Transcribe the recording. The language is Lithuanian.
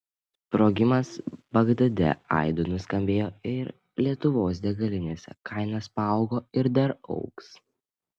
sprogimas bagdade aidu nuskambėjo ir lietuvos degalinėse kainos paaugo ir dar augs